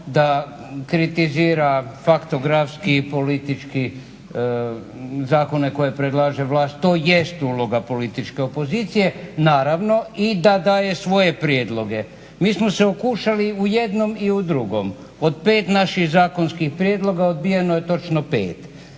da kritizira faktografski i politički zakone koje predlaže vlast, to jest uloga političke opozicije, naravno i da daje svoje prijedloge. Mi smo se okušali u jednom i u drugom. Od pet naših zakonskih prijedloga odbijeno je točno 5.